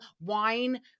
wine